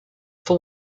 for